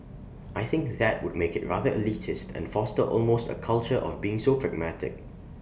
I think that would make IT rather elitist and foster almost A culture of being so pragmatic